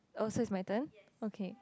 oh is my turn okay